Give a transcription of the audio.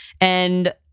and-